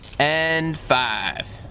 and five.